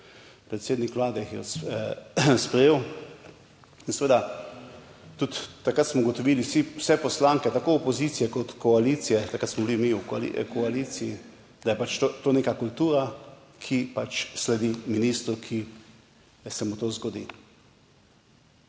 predsednik Vlade jih je sprejel in seveda tudi takrat smo ugotovili vsi, vse poslanke, tako opozicije kot koalicije, takrat smo bili mi v koaliciji, da je to neka kultura, ki pač sledi ministru, ki se mu to zgodi.